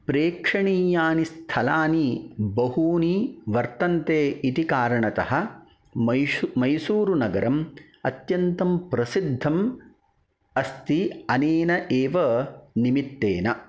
प्रेक्षणीयानि स्थलानि बहूनि वर्तन्ते इति कारणतः मैशू मैसूरु नगरम् अत्यन्तं प्रसिद्धम् अस्ति अनेन एव निमित्तेन